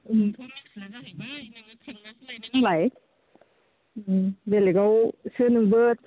नोंथ' मिथिला जाहैबाय नोंबो थांनानैसो लायदों होनलाय बेलेकआवसो नोंबो